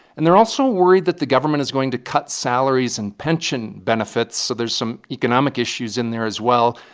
and they're also worried that the government is going to cut salaries and pension benefits, so there's some economic issues in there as well.